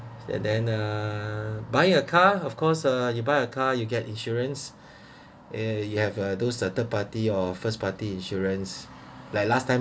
and then uh buy a car of course uh you buy a car you get insurance uh you have uh those that third party or first party insurance like last time